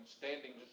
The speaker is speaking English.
standing